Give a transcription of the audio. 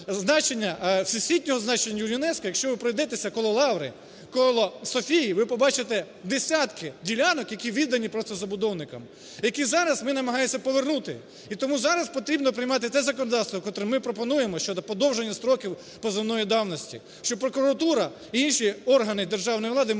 всесвітнього значення ЮНЕСКО, якщо ви пройдетеся коло Лаври, коло Софії, ви побачите десятки ділянок, які віддані просто забудовникам, які зараз ми намагаємося повернути. І тому зараз потрібно приймати те законодавство, котре ми пропонуємо щодо подовження строків позовної давності, щоб прокуратура і інші органи державної влади